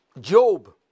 Job